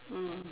mm